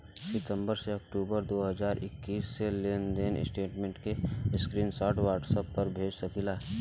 सितंबर से अक्टूबर दो हज़ार इक्कीस के लेनदेन स्टेटमेंट के स्क्रीनशाट व्हाट्सएप पर भेज सकीला?